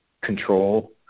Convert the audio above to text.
control